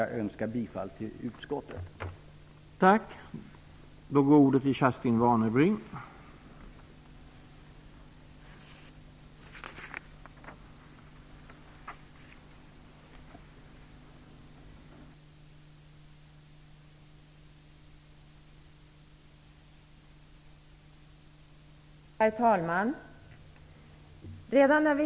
Jag yrkar bifall till utskottets hemställan.